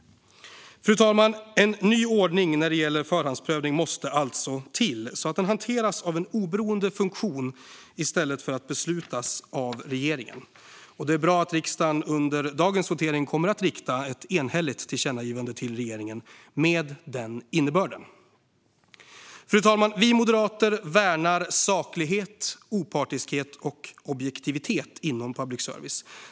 Fru talman! En ny ordning när det gäller förhandsprövning måste alltså till, så att den hanteras av en oberoende funktion i stället för att beslutas av regeringen. Det är bra att riksdagen under dagens votering kommer att rikta ett enhälligt tillkännagivande till regeringen med denna innebörd. Fru talman! Vi moderater värnar saklighet, opartiskhet och objektivitet inom public service.